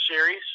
Series